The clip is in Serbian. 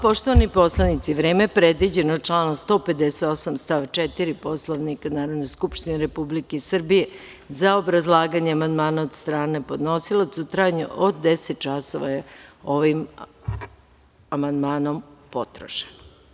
Poštovani poslanici, vreme predviđeno članom 158. stav 4. Poslovnika Narodne skupštine Republike Srbije za obrazlaganje amandmana od strane podnosilaca, u trajanju od 10 časova, je ovim amandmanom potrošeno.